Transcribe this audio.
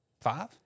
five